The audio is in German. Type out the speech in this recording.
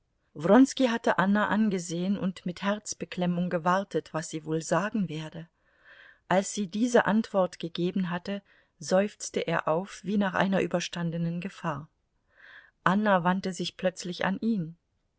hatte anna angesehen und mit herzbeklemmung gewartet was sie wohl sagen werde als sie diese antwort gegeben hatte seufzte er auf wie nach einer überstandenen gefahr anna wandte sich plötzlich an ihn